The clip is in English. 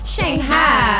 Shanghai